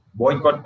boycott